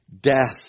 Death